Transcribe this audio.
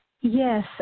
Yes